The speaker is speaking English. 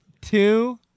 two